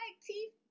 teeth